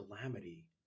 calamity